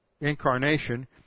incarnation